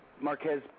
Marquez